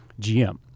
GM